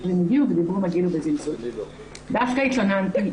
הם הגיעו ודיברו מגעיל ובזלזול." "דווקא התלוננתי,